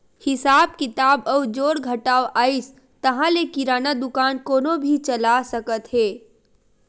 हिसाब किताब अउ जोड़ घटाव अइस ताहाँले किराना दुकान कोनो भी चला सकत हे